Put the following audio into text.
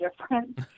different